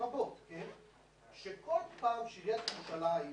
שכל פעם שעיריית ירושלים,